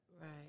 right